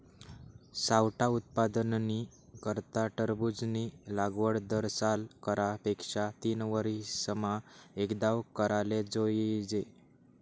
सावठा उत्पादननी करता टरबूजनी लागवड दरसाल करा पेक्षा तीनवरीसमा एकदाव कराले जोइजे